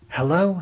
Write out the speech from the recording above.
Hello